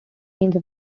means